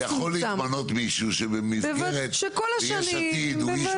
יכול להתפנות מישהו שבמסגרת יש עתיד הוא איש